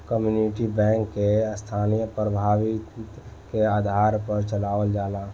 community bank के स्थानीय प्रभुत्व के आधार पर चलावल जाला